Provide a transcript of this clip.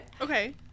okay